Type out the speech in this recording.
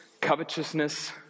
covetousness